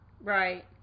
Right